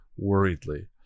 worriedly